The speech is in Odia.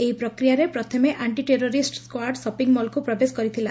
ଏହି ପ୍ରକ୍ରିୟାରେ ପ୍ରଥମେ ଆକ୍ଷିଟେରୋରିଷ୍ ସ୍କାର୍ଡ୍ ସପିଂ ମଲ୍କୁ ପ୍ରବେଶ କରିଥିଲା